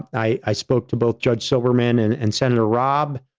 i i spoke to both judge silberman and and senator robb,